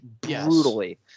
brutally